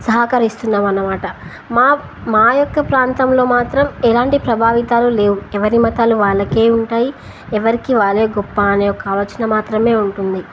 సహకరిస్తున్నాంనమాట మా మా యొక్క ప్రాంతంలో మాత్రం ఎలాంటి ప్రభావితాలు లేవు ఎవరి మతాలు వాళ్ళకే ఉంటాయి ఎవరికి వాళ్ళే గొప్ప అనే యొక్క ఆలోచన మాత్రమే ఉంటుంది